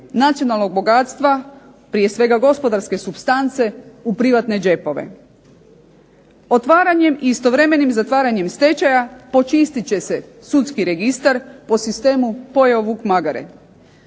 nacionalnog bogatstva, prije svega gospodarske supstance u privatne džepove. Otvaranjem i istovremenim zatvaranjem stečaja počistit će se sudski registar po sistem pojeo vuk magare.